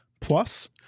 plus